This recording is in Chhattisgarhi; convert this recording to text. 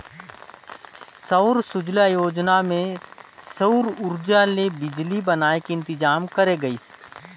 सौर सूजला योजना मे सउर उरजा ले बिजली बनाए के इंतजाम करे गइस